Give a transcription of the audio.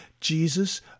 Jesus